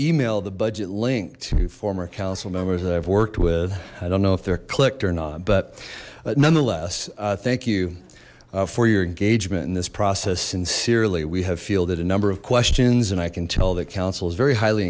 email the budget link to former council members that i've worked with i don't know if they're clicked or not but nonetheless thank you for your engagement in this process sincerely we have fielded a number of questions and i can tell that council is very highly